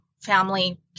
family